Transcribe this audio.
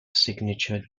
signature